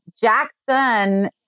Jackson